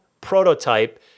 prototype